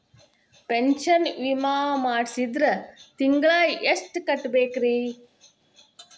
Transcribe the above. Pension ವಿಮಾ ಮಾಡ್ಸಿದ್ರ ತಿಂಗಳ ಎಷ್ಟು ಕಟ್ಬೇಕ್ರಿ?